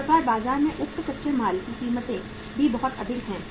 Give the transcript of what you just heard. इसी प्रकार बाजार में उक्त कच्चे माल की कीमतें भी बहुत अधिक हैं